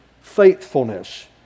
faithfulness